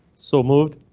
so moved.